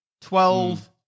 twelve